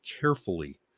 carefully